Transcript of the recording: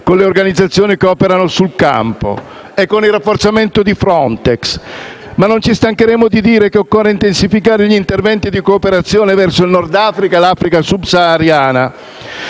con le organizzazioni che operano sul campo, sia con il rafforzamento di Frontex. Ma non ci stancheremo di dire che occorre intensificare gli interventi di cooperazione verso il Nord Africa e l'Africa subsahariana